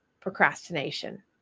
procrastination